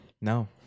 no